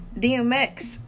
DMX